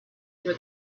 where